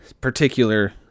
particular